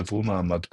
צברו מעמד פולחני.